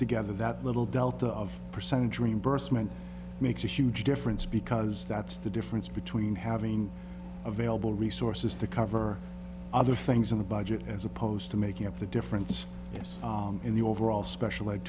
together that little delta of percentage dream burst man makes a huge difference because that's the difference between having available resources to cover other things in the budget as opposed to making up the difference yes in the overall special ed